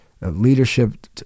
leadership